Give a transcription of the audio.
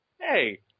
Hey